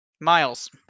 Miles